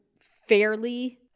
fairly